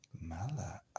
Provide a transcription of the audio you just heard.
Mala